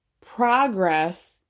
progress